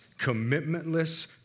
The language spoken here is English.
commitmentless